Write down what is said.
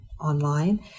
online